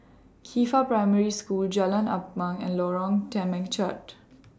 Qifa Primary School Jalan Ampang and Lorong Temechut